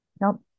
nope